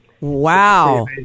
Wow